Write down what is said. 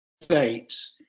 States